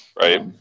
Right